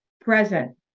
present